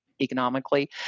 economically